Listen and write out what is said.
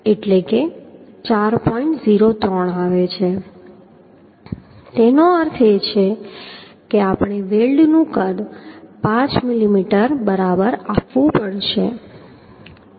તેનો અર્થ એ કે આપણે વેલ્ડનું કદ 5 મિલીમીટર બરાબર આપવું પડશે